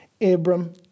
Abram